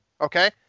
Okay